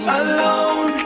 alone